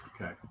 Okay